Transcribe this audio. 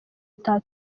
itanu